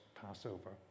Passover